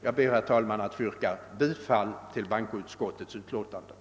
Jag ber, herr talman, att få yrka bifall till utskottets hemställan.